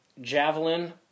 javelin